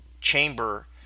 chamber